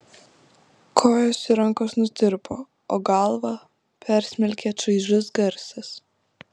kojos ir rankos nutirpo o galvą persmelkė čaižus garsas